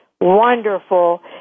wonderful